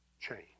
change